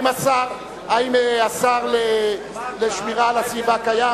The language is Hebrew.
האם השר לשמירה על הסביבה נמצא כאן?